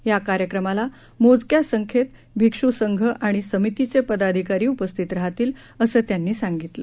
या कार्यक्रमाला मोजक्या संख्येत भिक्षूसंघ आणि समितीचे पदाधिकारी उपस्थित राहतील असं त्यांनी सांगितलं